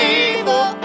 evil